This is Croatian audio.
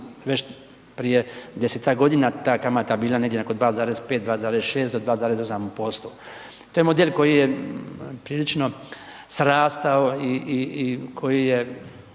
već prije 10-tak godina, ta kamata bila nakon 2,5 2,6 do 2,8%. To je model, koji je prilično srastao i koji je